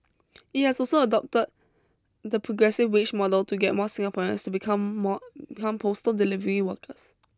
it has also adopted the progressive wage model to get more Singaporeans to become more become postal delivery workers